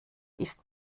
ist